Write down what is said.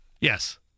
Yes